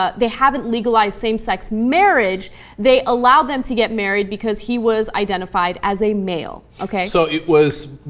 ah they haven't legalize same-sex marriage they allow them to get married because he was identified as email okay so it was